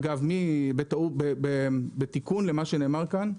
אגב בתיקון למה שנאמר כאן,